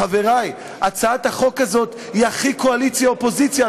חברי, הצעת החוק הזאת היא של קואליציה ואופוזיציה.